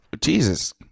Jesus